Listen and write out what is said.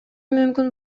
мүмкүн